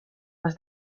was